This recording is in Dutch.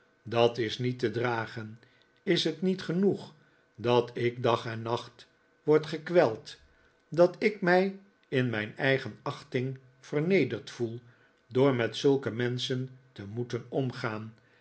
dat is niet te dragen is het niet genoeg dat ik dag en nacht word gekweld dat ik mij in mijn eigen achting vernederd voel door met zulke menschen te moeten omgaan